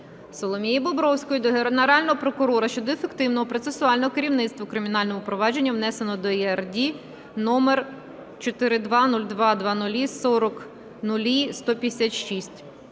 Соломії Бобровської до Генерального прокурора щодо ефективного процесуального керівництва у кримінальному провадженні внесеного до ЄДРД №42020040000000156.